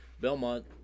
Belmont